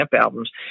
albums